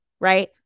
Right